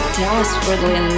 desperately